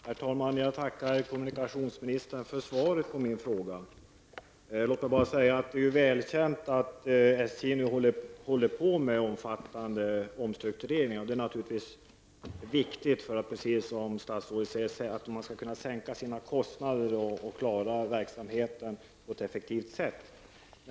Herr talman! Jag tackar kommunikationsministern för svaret på min fråga. Det är välkänt att SJ nu håller på med omfattande omstruktureringar, och det är, precis som statsrådet säger, naturligtvis viktigt för att SJ skall kunna sänka sina kostnader och klara av verksamheten på ett effektivt sätt.